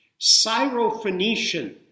Syrophoenician